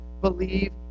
believe